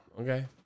Okay